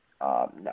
No